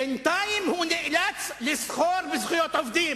בינתיים הוא נאלץ לסחור בזכויות העובדים.